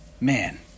Man